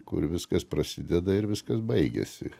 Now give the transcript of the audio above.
kur viskas prasideda ir viskas baigiasi